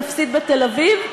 יפסיד בתל-אביב,